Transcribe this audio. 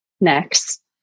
next